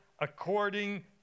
according